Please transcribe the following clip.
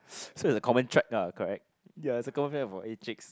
so it's a common track ah correct ya it's a common fact for